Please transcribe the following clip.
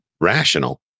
rational